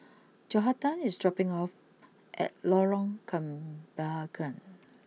Johathan is dropping off at Lorong Kembagan